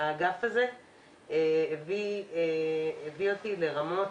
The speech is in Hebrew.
האגף הזה הביא אותי לרמות.